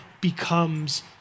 becomes